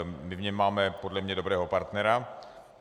My v něm máme podle mě dobrého partnera.